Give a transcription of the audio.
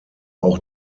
auch